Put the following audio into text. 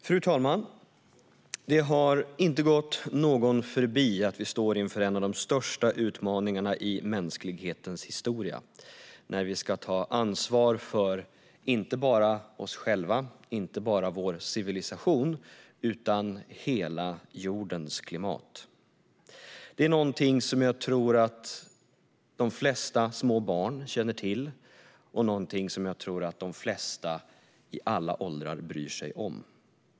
Fru talman! Det har inte gått någon förbi att vi står inför en av de största utmaningarna i mänsklighetens historia när vi ska ta ansvar för inte bara oss själva, inte bara vår civilisation, utan hela jordens klimat. Det är någonting som jag tror att de flesta små barn känner till och någonting som jag tror att de flesta i alla åldrar bryr sig om.